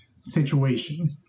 situation